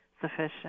sufficient